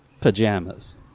pajamas